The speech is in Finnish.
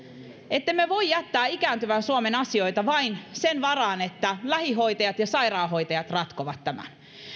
ettemme voi jättää ikääntyvän suomen asioita vain sen varaan että lähihoitajat ja sairaanhoitajat ratkovat tämän